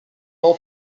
all